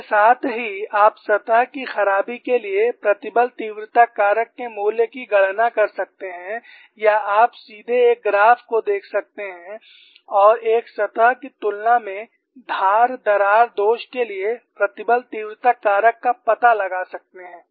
इसके साथ ही आप सतह की खराबी के लिए प्रतिबल तीव्रता कारक के मूल्य की गणना कर सकते हैं या आप सीधे एक ग्राफ को देख सकते हैं और एक सतह की तुलना में धार दरार दोष के लिए प्रतिबल तीव्रता कारक का पता लगा सकते हैं